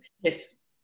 Yes